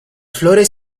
flores